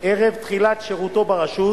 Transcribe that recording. ערב תחילת שירותו ברשות.